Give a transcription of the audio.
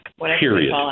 Period